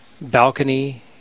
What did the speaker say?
balcony